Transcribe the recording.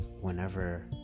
whenever